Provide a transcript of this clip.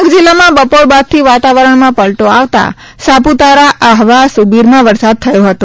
ડાંગ જીલ્લામાં બપોર બાદથી વાતાવરણમાં પલટો આવતા સાપુતારા આફવા સુબીરમાં વરસાદ થયો હતો